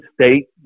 state